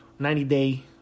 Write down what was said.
90-day